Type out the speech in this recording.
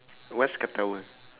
what's ketawa